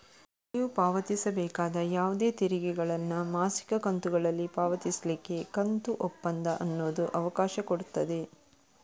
ನೀವು ಪಾವತಿಸಬೇಕಾದ ಯಾವುದೇ ತೆರಿಗೆಗಳನ್ನ ಮಾಸಿಕ ಕಂತುಗಳಲ್ಲಿ ಪಾವತಿಸ್ಲಿಕ್ಕೆ ಕಂತು ಒಪ್ಪಂದ ಅನ್ನುದು ಅವಕಾಶ ಕೊಡ್ತದೆ